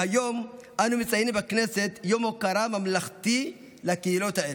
והיום אנו מציינים בכנסת יום הוקרה ממלכתי לקהילות האלה.